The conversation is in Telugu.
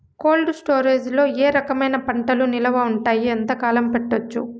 కోల్డ్ స్టోరేజ్ లో ఏ రకమైన పంటలు నిలువ ఉంటాయి, ఎంతకాలం పెట్టొచ్చు?